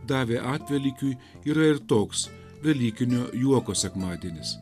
davė atvelykiui yra ir toks velykinio juoko sekmadienis